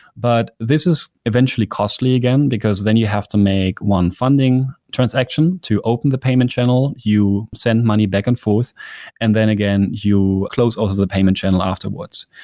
but this is eventually costly again, because then you have to make one funding transaction to open the payment channel. you send money back and forth and then, again, you close off the payment channel afterwards.